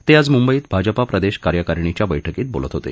ते आज मुंबईत भाजपा प्रदेश कार्यकारिणीच्या बैठकीत बोलत होते